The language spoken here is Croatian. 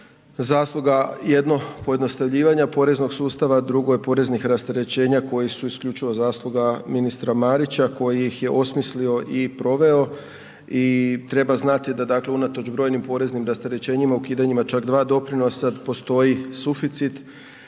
zasluga jedno, pojednostavljivanja poreznog sustava, drugo je poreznih rasterećenja koji su isključivo zasluga ministra Marića koji ih je osmislio i proveo i treba znati da dakle unatoč brojnim poreznim rasterećenjima ukidanjima čak dva doprinosa postoji suficit,